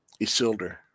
Isildur